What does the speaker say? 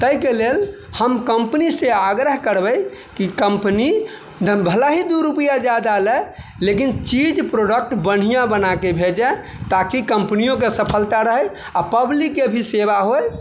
ताहि के लेल हम कम्पनी से आग्रह करबै की कम्पनी धान भले ही दू रूपैआ जादा लय लेकिन चीज प्रोडक्ट बढ़िऑं बनाके भेजऽ ताकि कम्पनियो के सफलता रहै आ पब्लिक के भी सेवा होइ